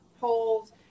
polls